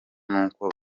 n’uko